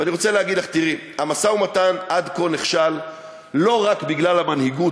אני רוצה להגיד לך: המשא-ומתן נכשל עד כה לא רק בגלל המנהיגות,